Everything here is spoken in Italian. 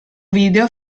video